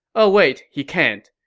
oh wait, he can't.